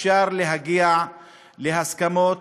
אפשר להגיע להסכמות